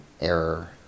error